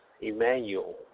Emmanuel